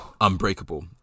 unbreakable